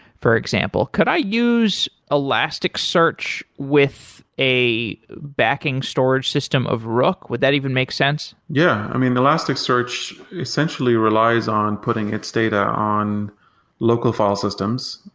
for example. could i use elastic search with a backing storage system of rook? would that even make sense? yeah. elastic search essentially relies on putting its data on local file systems,